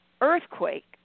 earthquake